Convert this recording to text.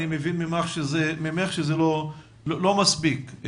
ממך אני מבין שזה לא מספיק.